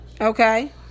Okay